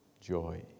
joy